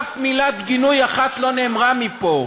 אף מילת גינוי אחת לא נאמרה מפה.